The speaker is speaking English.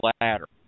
ladder